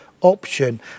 option